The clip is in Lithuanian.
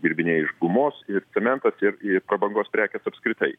dirbiniai iš gumos ir cementas ir i prabangos prekės apskritai